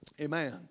Amen